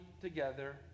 together